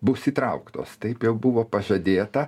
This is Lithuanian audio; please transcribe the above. bus įtrauktos taip jau buvo pažadėta